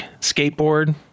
skateboard